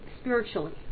spiritually